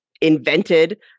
invented